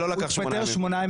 הוא התפטר שמונה ימים לפני.